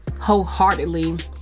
wholeheartedly